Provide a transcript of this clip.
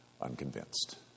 Unconvinced